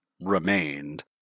remained